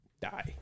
die